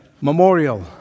memorial